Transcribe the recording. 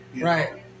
Right